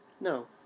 No